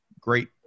great